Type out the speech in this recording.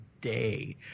day